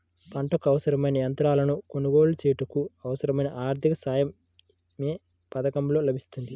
పంటకు అవసరమైన యంత్రాలను కొనగోలు చేయుటకు, అవసరమైన ఆర్థిక సాయం యే పథకంలో లభిస్తుంది?